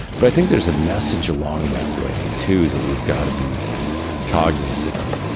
but i think there's a message along that way, too, that we've got to be cognizant of.